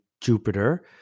Jupiter